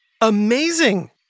amazing